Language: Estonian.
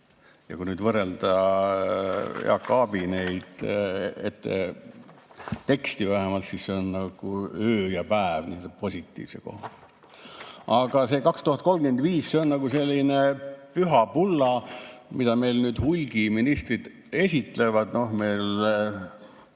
Ja kui nüüd võrrelda Jaak Aabi teksti vähemalt, siis see on nagu öö ja päev, positiivse koha pealt. Aga see 2035, see on nagu selline püha bulla, mida meil nüüd hulgi ministrid esitlevad. No meil